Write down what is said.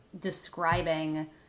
describing